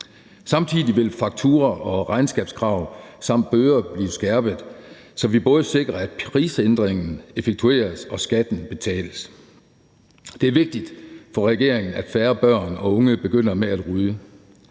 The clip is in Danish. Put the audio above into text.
Samtidig vil faktura- og regnskabskrav samt bøder blive skærpet, så vi både sikrer, at prisændringen effektueres og skatten betales. Det er vigtigt for regeringen, at færre børn og unge begynder at ryge.